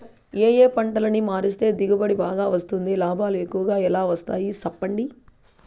ఏ ఏ పంటలని మారిస్తే దిగుబడి బాగా వస్తుంది, లాభాలు ఎక్కువగా ఎలా వస్తాయి సెప్పండి